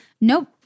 Nope